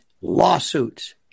lawsuits